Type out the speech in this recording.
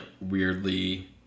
weirdly